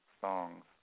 songs